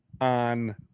on